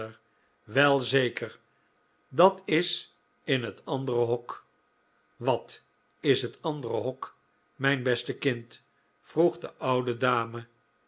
wel zeker dat is in het andere hok wat is het andere hok mijn beste kind vroeg de oude dame